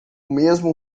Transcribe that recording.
mesmo